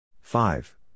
five